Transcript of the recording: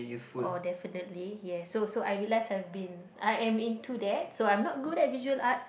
or definitely yes so so I realise I've been I am into that so I'm not good at visual arts